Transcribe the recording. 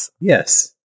Yes